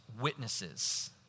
witnesses